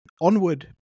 onward